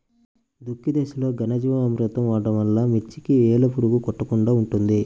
దుక్కి దశలో ఘనజీవామృతం వాడటం వలన మిర్చికి వేలు పురుగు కొట్టకుండా ఉంటుంది?